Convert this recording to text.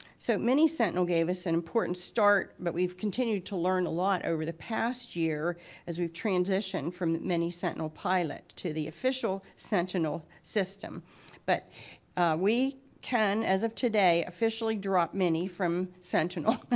so mini-sentinel gave us an important start but we've continued to learn a lot over the past year as we've transitioned from the mini-sentinel pilot to the official sentinel system but we can as of today officially drop mini from sentinel.